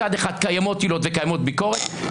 מצד אחד קיימות עילות וקיימת ביקורת,